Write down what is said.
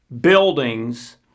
buildings